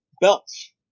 belts